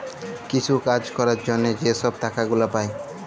কিছু কাজ ক্যরার জ্যনহে যে ছব টাকা গুলা পায়